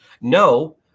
No